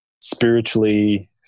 spiritually